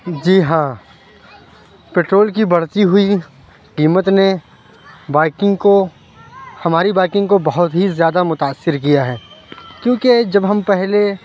جی ہاں پٹرول کی بڑھتی ہوئی قیمت نے بائکنگ کو ہماری بائکنگ کو بہت ہی زیادہ متاثر کیا ہے کیونکہ جب ہم پہلے